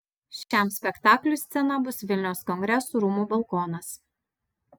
šiam spektakliui scena bus vilniaus kongresų rūmų balkonas